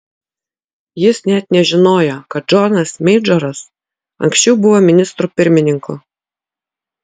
jis net nežinojo kad džonas meidžoras anksčiau buvo ministru pirmininku